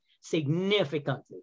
significantly